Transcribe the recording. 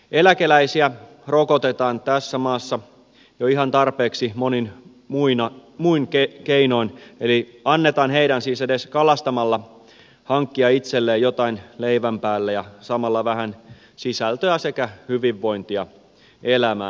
eläkeläisiä rokotetaan tässä maassa jo ihan tarpeeksi monin muin keinoin eli annetaan heidän siis edes kalastamalla hankkia itselleen jotain leivän päälle ja samalla vähän sisältöä sekä hyvinvointia elämään